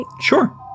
Sure